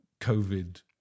COVID